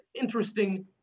interesting